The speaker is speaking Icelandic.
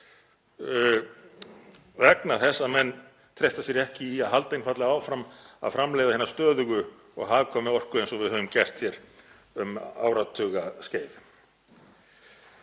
vegna þess að menn treysta sér ekki í að halda einfaldlega áfram að framleiða hina stöðugu og hagkvæmu orku eins og við höfum gert hér um áratugaskeið.